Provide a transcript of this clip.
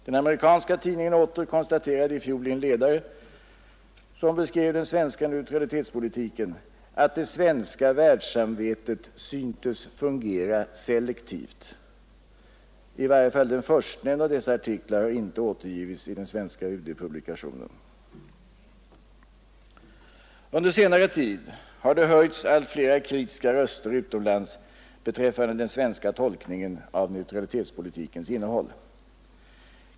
Den amerikanska tidningen åter konstaterade i fjol i en ledare, som beskrev den svenska neutralitetspolitiken, att det svenska världssamvetet syntes fungera ”selektivt”. I varje fall den först nämnda av dessa artiklar har inte återgivits i den svenska UD-publikationen. Under senare tid har det utomlands höjts allt flera kritiska röster mot den svenska tolkningen av neutralitetspolitikens innehåll.